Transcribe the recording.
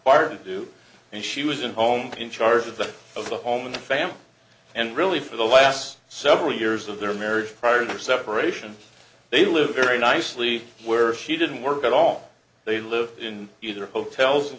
wired do and she was in home in charge of that of the home and family and really for the last several years of their marriage prior to their separation they lived very nicely where she didn't work at all they lived in either hotels in